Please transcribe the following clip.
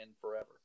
forever